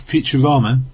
Futurama